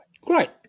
Great